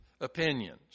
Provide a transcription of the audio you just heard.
opinions